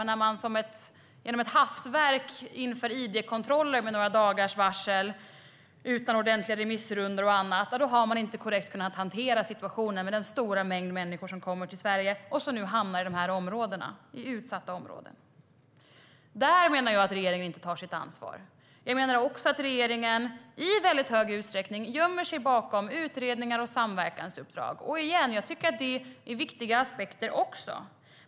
Men eftersom man genom ett hastverk införde id-kontroller med några dagars varsel, utan ordentliga remissrundor och annat, har man inte kunnat hantera situationen, med den stora mängd människor som kommer till Sverige, på ett korrekt sätt. Nu hamnar de i de utsatta områdena. Där menar jag att regeringen inte tar sitt ansvar. Jag menar också att regeringen i väldigt stor utsträckning gömmer sig bakom utredningar och samverkansuppdrag. Jag säger igen att jag tycker att de också är viktiga aspekter.